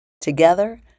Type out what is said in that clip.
Together